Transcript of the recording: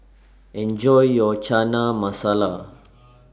Enjoy your Chana Masala